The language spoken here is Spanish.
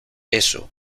eso